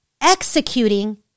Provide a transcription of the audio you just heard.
executing